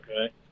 Okay